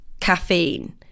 caffeine